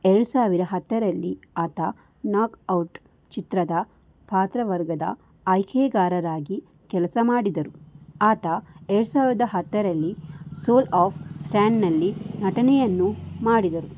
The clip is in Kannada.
ಎರಡು ಸಾವಿರದ ಹತ್ತರಲ್ಲಿ ಆತ ನಾಕ್ ಔಟ್ ಚಿತ್ರದ ಪಾತ್ರವರ್ಗದ ಆಯ್ಕೆಗಾರರಾಗಿ ಕೆಲಸ ಮಾಡಿದರು ಆತ ಎರಡು ಸಾವಿರದ ಹತ್ತರಲ್ಲಿ ಸೋಲ್ ಆಫ್ ಸ್ಟ್ಯಾಂಡ್ನಲ್ಲಿ ನಟನೆಯನ್ನು ಮಾಡಿದರು